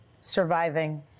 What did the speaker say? surviving